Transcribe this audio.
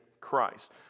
Christ